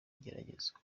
igeragezwa